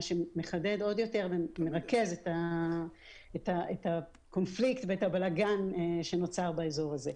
מה שמחדד עוד יותר ומרכז את הקונפליקט ואת הבלגן שנוצר באזור הזה.